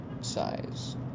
size